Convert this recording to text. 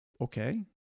okay